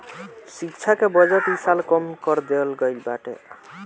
शिक्षा के बजट इ साल कम कर देहल गईल बाटे